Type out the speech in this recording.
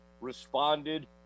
responded